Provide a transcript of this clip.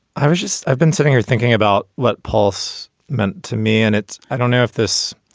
i was just i've been sitting here thinking about what paul's meant to me. and it's i don't know if this.